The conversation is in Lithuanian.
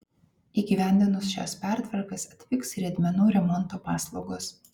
įgyvendinus šias pertvarkas atpigs riedmenų remonto paslaugos